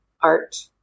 art